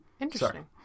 Interesting